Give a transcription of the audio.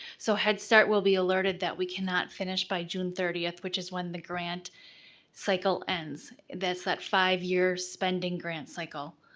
so head start will be alerted that we cannot finish by june thirtieth, which is when the grant cycle ends, that's that five year spending grant cycle.